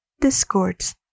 discords